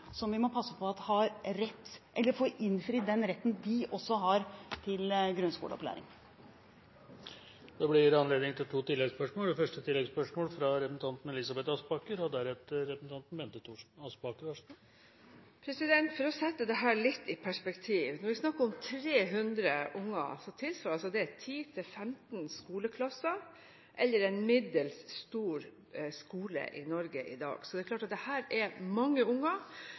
som vi må passe på får innfridd den retten de også har til grunnskoleopplæring. Det blir gitt anledning til to oppfølgingsspørsmål – først representanten Elisabeth Aspaker. For å sette dette litt i perspektiv: Når vi snakker om 300 barn, tilsvarer altså det 10–15 skoleklasser, eller en middels stor skole i Norge i dag. Så det er klart at dette er mange barn, og det er mange